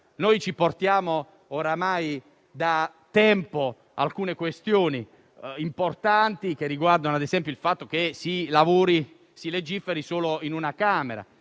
Ci trasciniamo oramai da tempo alcune questioni importanti che riguardano, ad esempio, il fatto che si lavori e si legiferi solo in una Camera;